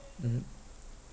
mmhmm